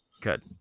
Good